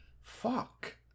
Fuck